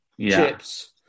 chips